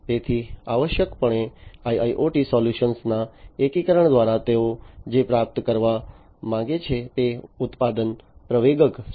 તેથી આવશ્યકપણે IIoT solution ના એકીકરણ દ્વારા તેઓ જે પ્રાપ્ત કરવા માંગે છે તે ઉત્પાદન પ્રવેગક છે